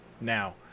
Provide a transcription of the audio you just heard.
now